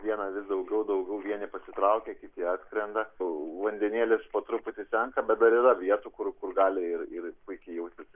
dieną vis daugiau daugiau vieni pasitraukia kiti atskrenda vandenėkis po truputį senka bet dar yra vietų kur kur gali ir ir puikiai jaustis